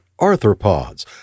arthropods